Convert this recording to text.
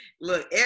look